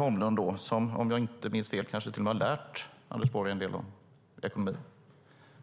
Om jag inte minns fel har Bertil Holmlund lärt finansministern en del om ekonomi.